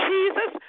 Jesus